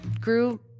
grew